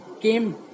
came